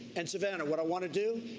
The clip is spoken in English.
and savannah, what i want to do,